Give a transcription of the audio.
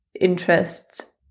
interests